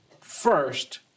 first